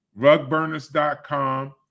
RugBurners.com